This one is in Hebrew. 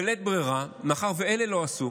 בלית ברירה, מאחר שאלה לא עשו